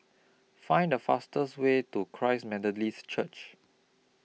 Find The fastest Way to Christ Methodist Church